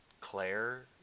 Claire